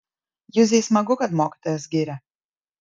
juzei smagu kad mokytojas giria